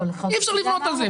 אי אפשר לבנות על זה.